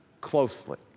closely